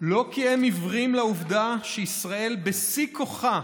לא כי הם עיוורים לעובדה שישראל, בשיא כוחה,